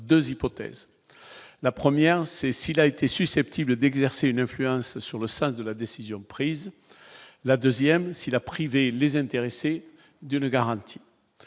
ou 2 hypothèses : la première, Cécile a été susceptible d'exercer une influence sur le sens de la décision prise la 2ème si a privé les intéressés d'une garantie